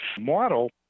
model